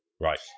right